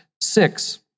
six